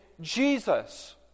Jesus